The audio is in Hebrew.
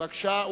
בבקשה.